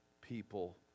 people